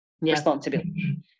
responsibility